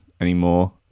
anymore